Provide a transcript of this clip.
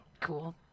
Cool